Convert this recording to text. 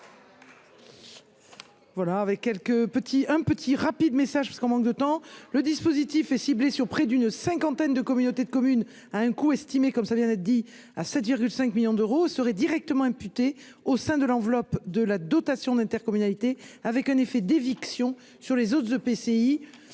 petits un petit rapide message parce qu'on manque de temps, le dispositif est ciblée sur près d'une cinquantaine de communautés de communes à un coût estimé, comme ça vient d'être dit à 7,5 millions d'euros seraient directement imputés au sein de l'enveloppe de la dotation d'intercommunalité avec un effet d'éviction sur les autres EPCI